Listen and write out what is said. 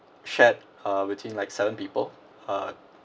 shared uh between like seven people uh